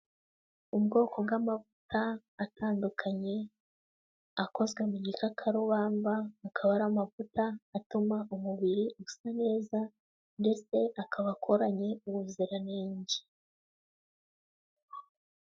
Ubwoko bw'amavuta atandukanye akozwe mu gikakarubamba, akaba ari amavuta atuma umubiri usa neza ndetse akaba akoranye ubuziranenge.